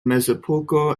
mezepoko